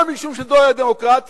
גם משום שזו הדמוקרטיה,